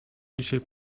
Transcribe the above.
dzisiaj